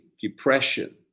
depression